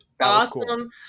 awesome